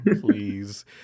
please